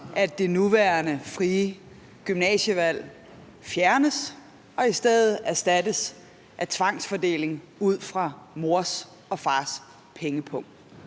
at det nuværende frie gymnasievalg fjernes og i stedet erstattes af tvangsfordeling ud fra mors og fars pengepung.